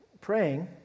praying